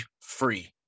free